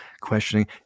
questioning